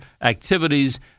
activities